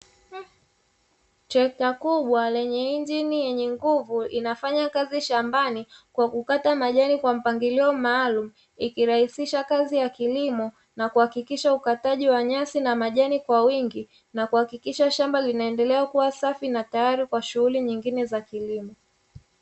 Trekta kubwa lenye injini yenye nguvu inafanya kazi shambani kwa kukata majani kwa mpangilio maalumu ikirahisisha kazi ya kilimo na kuhakikisha ukataji wa nyasi na majani kwa wingi na kuhakikisha shamba linaendelea kuwa safi na tayari kwa shughuli nyingine za kilimo.